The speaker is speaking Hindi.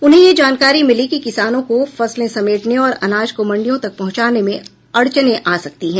उन्हें यह जानकारी मिली कि किसानों को फसलें समेटने और अनाज को मण्डियों तक पहुंचाने में अड़चने आ सकती हैं